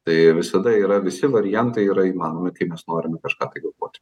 tai visada yra visi variantai yra įmanomi kai mes norime kažką kritikuoti